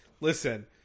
listen